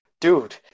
dude